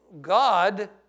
God